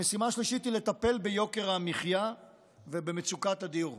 המשימה השלישית היא לטפל ביוקר המחיה ובמצוקת הדיור,